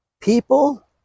People